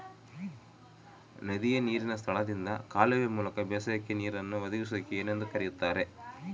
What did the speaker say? ನದಿಯ ನೇರಿನ ಸ್ಥಳದಿಂದ ಕಾಲುವೆಯ ಮೂಲಕ ಬೇಸಾಯಕ್ಕೆ ನೇರನ್ನು ಒದಗಿಸುವುದಕ್ಕೆ ಏನೆಂದು ಕರೆಯುತ್ತಾರೆ?